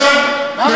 היית אצלם, מה ראית?